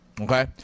okay